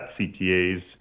CTAs